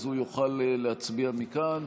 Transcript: אז הוא יוכל להצביע מכאן.